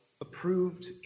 Approved